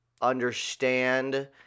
understand